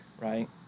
right